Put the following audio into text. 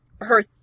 her-